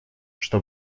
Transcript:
что